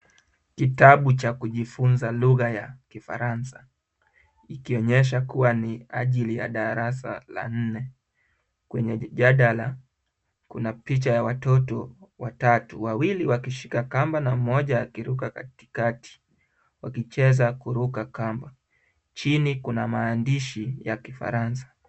Kitabu ya kujifunza lugha ya kifaransa ikionyesha kuwa ni ajili ya darasa la nne. Kwa jadala kuna picha ya watoto watatu, wawili wakishika kamba na mmoja akiruka katikati wakicheza kuruka kamba. Chini kuna maandishi ya kifaransa.